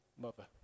mother